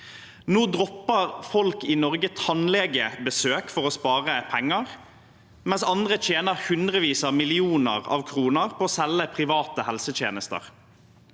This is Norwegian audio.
Nå dropper folk i Norge tannlegebesøk for å spare penger, mens andre tjener hundrevis av millioner av kroner på å selge private helsetjenester.